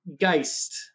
geist